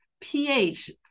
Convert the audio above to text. pH